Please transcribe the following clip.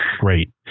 Great